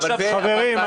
ועכשיו --- חברים,